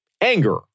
anger